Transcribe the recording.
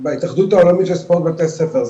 בהתאדות העולמית של ספורט בתי הספר,